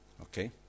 Okay